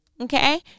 okay